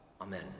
Amen